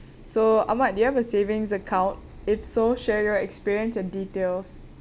so ahmad do you have a savings account if so share your experience and details